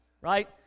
Right